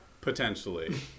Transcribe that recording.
Potentially